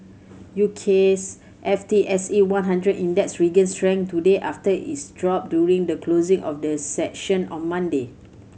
U K's F T S E one hundred Index regained strength today after its drop during the closing of the session on Monday